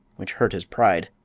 which hurt his pride.